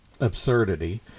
absurdity